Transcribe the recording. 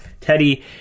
Teddy